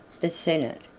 the senate,